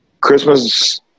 Christmas